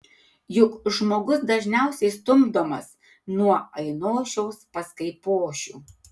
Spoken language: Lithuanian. juk žmogus dažniausiai stumdomas nuo ainošiaus pas kaipošių